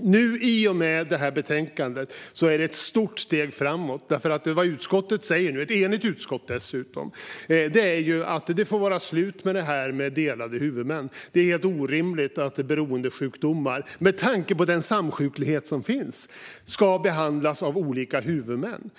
Detta betänkande är ett stort steg framåt, eftersom utskottet - ett enigt utskott dessutom - nu säger att det får vara slut på detta med delade huvudmän. Det är helt orimligt att beroendesjukdomar, med tanke på den samsjuklighet som finns, ska behandlas av olika huvudmän.